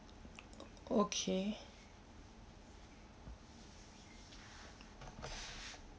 okay